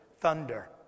Thunder